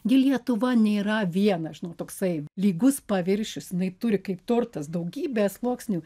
gi lietuva nėra vienas žinot toksai lygus paviršius jinai turi kaip tortas daugybę sluoksnių